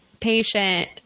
patient